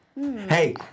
Hey